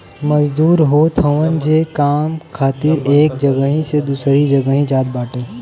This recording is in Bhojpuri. मजदूर होत हवन जे काम खातिर एक जगही से दूसरा जगही जात बाटे